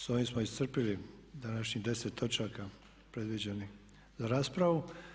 S ovim smo iscrpili današnjih 10 točaka predviđenih za raspravu.